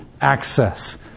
access